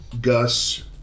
Gus